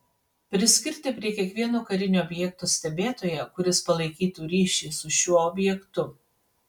priskirti prie kiekvieno karinio objekto stebėtoją kuris palaikytų ryšį su šiuo objektu